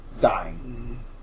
dying